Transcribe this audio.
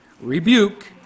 rebuke